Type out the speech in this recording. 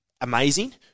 amazing